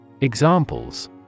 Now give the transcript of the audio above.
Examples